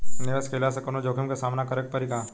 निवेश कईला से कौनो जोखिम के सामना करे क परि का?